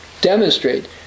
demonstrate